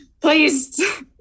please